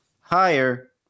higher